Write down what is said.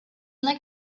like